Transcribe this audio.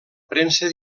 premsa